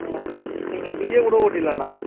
ஆமாம் நீங் நீங்கள் இன்றைக்கே கூட ஓட்டிடலாண்ணா